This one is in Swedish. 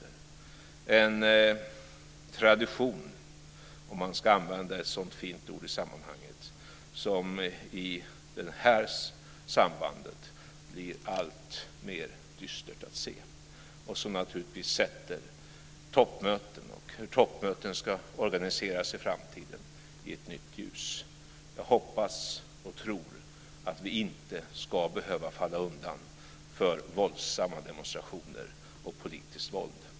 Det är en tradition, om man ska använda ett sådant fint ord i sammanhanget, som i det här sambandet blir alltmer dystert att se. Det sätter naturligtvis toppmöten och hur toppmöten ska organiseras i framtiden i ett nytt ljus. Jag hoppas och tror att vi inte ska behöva falla undan för våldsamma demonstrationer och politiskt våld.